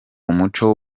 umuco